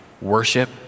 worship